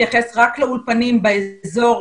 לא,